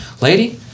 lady